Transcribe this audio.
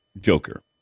Joker